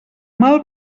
mal